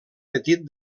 petit